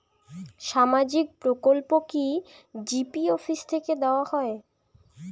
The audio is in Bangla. সামাজিক প্রকল্প কি জি.পি অফিস থেকে দেওয়া হয়?